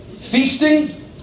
feasting